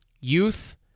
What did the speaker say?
youth